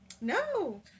No